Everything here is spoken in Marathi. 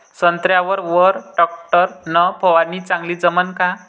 संत्र्यावर वर टॅक्टर न फवारनी चांगली जमन का?